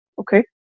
okay